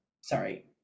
sorry